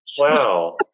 Wow